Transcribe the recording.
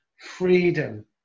freedom